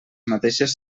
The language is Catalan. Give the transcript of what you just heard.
mateixes